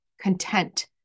content